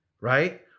right